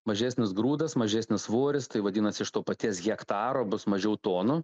mažesnis grūdas mažesnis svoris tai vadinas iš to paties hektaro bus mažiau tonų